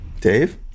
Dave